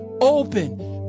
open